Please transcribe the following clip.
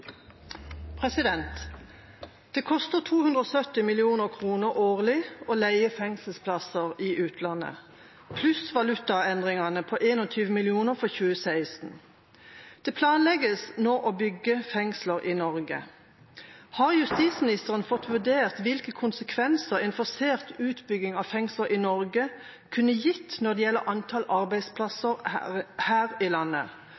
koster 270 mill. kroner årlig å leie fengselsplasser i utlandet, pluss valutaendringene på 21 mill. kroner for 2016. Det planlegges nå å bygge fengsler i Norge. Har statsråden fått vurdert hvilke konsekvenser en forsert bygging av fengsler i Norge kunne gitt når det gjelder antall arbeidsplasser her i landet,